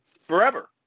forever